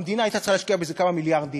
המדינה הייתה צריכה להשקיע בזה כמה מיליארדים.